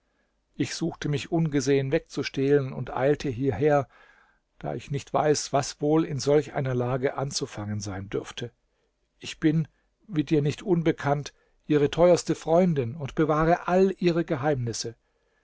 ich suchte mich ungesehen wegzustehlen und eilte hierher da ich nicht weiß was wohl in solch einer lage anzufangen sein dürfte ich bin wie dir nicht unbekannt ihre teuerste freundin und bewahre alle ihre geheimnisse